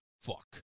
fuck